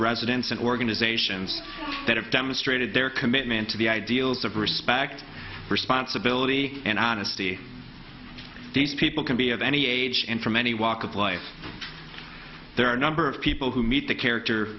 residents and organizations that have demonstrated their commitment to the ideals of respect responsibility and honesty these people can be of any age and from any walk of life there are a number of people who meet the character